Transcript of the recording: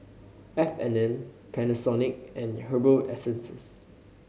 F and N Panasonic and Herbal Essences